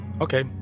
Okay